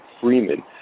Freeman